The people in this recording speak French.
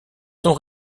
sont